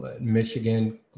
Michigan